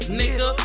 nigga